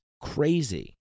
crazy